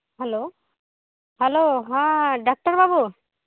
hello hello ᱦᱮᱸ doctor ᱵᱟᱹᱵᱩ